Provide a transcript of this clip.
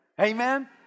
Amen